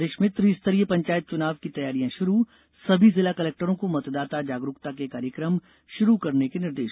प्रदेश में त्रि स्तरीय पंचायत चुनाव की तैयारियां शुरू सभी जिला कलेक्टरों को मतदाता जागरूकता के कार्यक्रम शुरू करने के निर्देश